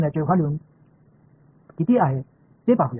எனவே வால்யூம் என்றால் என்னவென்று பார்ப்போம்